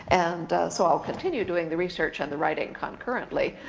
and so i'll continue doing the research and the writing concurrently,